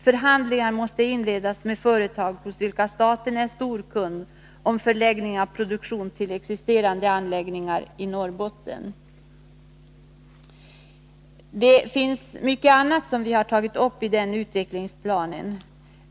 Förhandlingar måste inledas med företag hos vilka staten är storkund om förläggning av produktion till existerande anläggningar i Norrbotten. Det finns också mycket annat som vi har tagit upp i utvecklingsplanen.